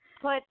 put